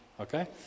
Okay